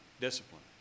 discipline